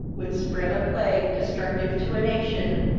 would spread a plague destructive to a nation.